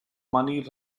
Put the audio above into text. money